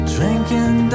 Drinking